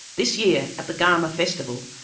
this year, at the garma festival,